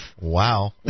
Wow